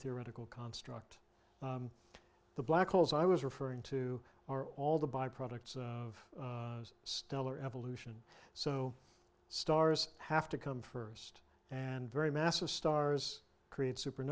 theoretical construct the black holes i was referring to are all the byproduct of stellar evolution so stars have to come first and very massive stars create super